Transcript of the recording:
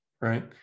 Right